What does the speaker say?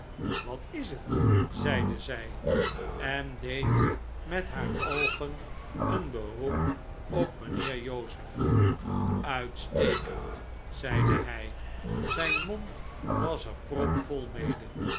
wat is het zeide zij en deed met haar oogen een beroep op mijnheer joseph uitstekend zeide hij zijn mond was er propvol mede